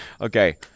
Okay